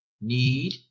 Need